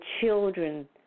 children